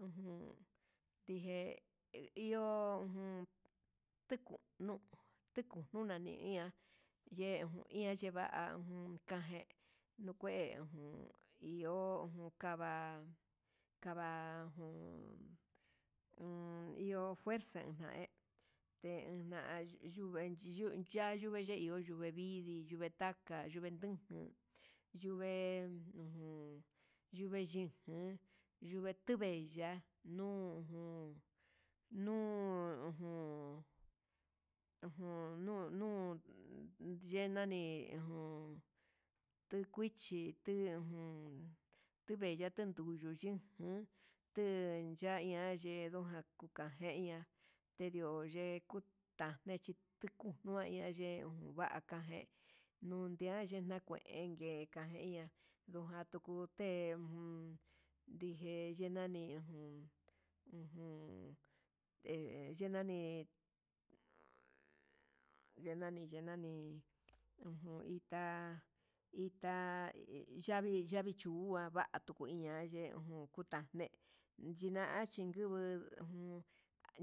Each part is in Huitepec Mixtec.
Ujun ndije iho ujun tiku nuu, tekunu ñeiña yejun ian yeva'a uun kajé nukue jun he ihó nukava kava jun un iho fuerza nae yuvete jiyu ya yuve yei iho yuve vidii yuve taka yuve'e ndenjan yuve'e nuu yuve ninjean yuve yuve ya'a, nuu ujun nuu ujun ujun nuu nuu ye nani ujun tekuichi ujun tuve cha tunduyu xhín jan iho yan yaye yendojan kukajei ña tedio ye yekuta yechituma ya'a ye uun vaka jé nunia yena kué nguengue kateña ndujan tukuté ujun ndijé yenani ujun, ujun ye nani, ye nani ye nani ujun itá yavi chua ya tuku iña'a te uun kuta ne xhina xhinkubu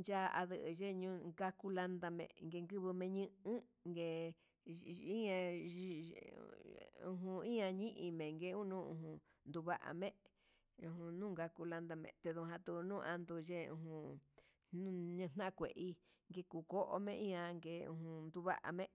ya'á, ndeniun kakulanda ngubu me ñuun ungue yiye nia yiye ujun iha nañinguike uno'o, un nduva'a me'e ujun kuka kulanda me'e tedujan nuu ulandu uye jun um ñena kue hí nguiko kume ihan ngue ujun tundame.